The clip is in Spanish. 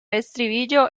estribillo